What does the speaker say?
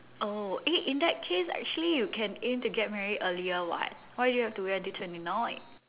oh eh in that case actually you can aim to get married earlier [what] why do you have to wait until twenty nine